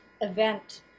event